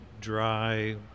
dry